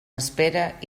espera